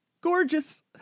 gorgeous